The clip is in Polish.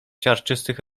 siarczystych